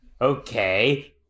Okay